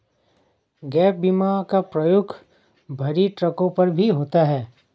gap बीमा का प्रयोग भरी ट्रकों पर भी होता है